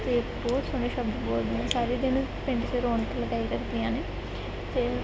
ਅਤੇ ਬਹੁਤ ਸੋਹਣੇ ਸ਼ਬਦ ਬੋਲਦੀਆਂ ਸਾਰੇ ਦਿਨ ਪਿੰਡ 'ਚ ਰੌਣਕ ਲਗਾਈ ਰੱਖਦੀਆਂ ਨੇ ਅਤੇ